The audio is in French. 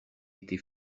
été